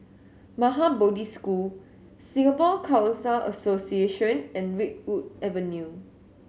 Maha Bodhi School Singapore Khalsa Association and Redwood Avenue